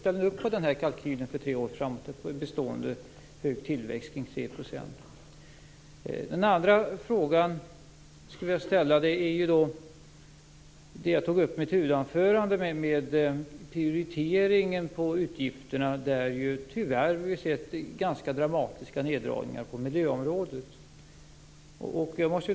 Ställer ni alltså upp på den kalkyl som visar på en bestående hög tillväxt på omkring 3 % under tre år framåt? I mitt huvudanförande tog jag upp prioriteringen vad gäller utgifterna. Vi har ju, tyvärr, fått se ganska dramatiska neddragningar på miljöområdet.